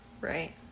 Right